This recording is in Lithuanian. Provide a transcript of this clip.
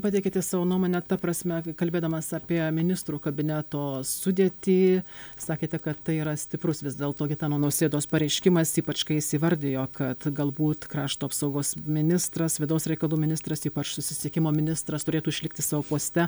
pateikėte savo nuomonę ta prasme ki kalbėdamas apie ministrų kabineto sudėtį sakėte kad tai yra stiprus vis dėlto gitano nausėdos pareiškimas ypač kai jis įvardijo kad galbūt krašto apsaugos ministras vidaus reikalų ministras ypač susisiekimo ministras turėtų išlikti savo poste